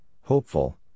hopeful